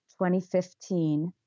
2015